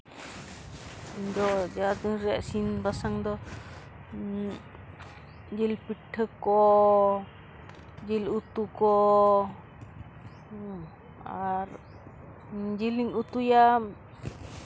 ᱤᱧ ᱫᱚ ᱡᱟ ᱫᱤᱱᱨᱮ ᱤᱥᱤᱱ ᱵᱟᱥᱟᱝ ᱫᱚ ᱡᱤᱞ ᱯᱤᱴᱷᱟᱹ ᱠᱚ ᱡᱤᱞ ᱩᱛᱩ ᱠᱚ ᱟᱨ ᱡᱤᱞᱤᱧ ᱩᱛᱩᱭᱟ